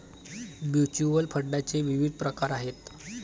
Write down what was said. mutual फंडाचे विविध प्रकार आहेत